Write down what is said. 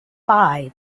five